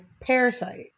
Parasite